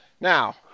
Now